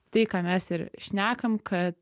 tai ką mes ir šnekam kad